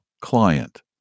client